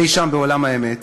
אי-שם בעולם האמת,